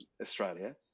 Australia